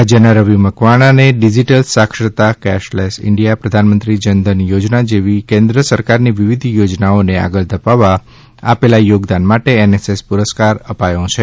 રાજ્યના રવિ મકવાણાને ડિજીટલ સાક્ષરતા કેશલેસ ઈન્ડિયા પ્રધાનમંત્રી જનધન યોજના જેવી કેન્દ્ર સરકારની વિવિધ યોજનાઓને આગળ ધપાવવા આપેલા યોગદાન માટે એનએસએસ પુરસ્કાર પાયો છે